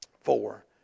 four